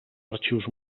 arxius